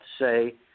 say